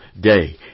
day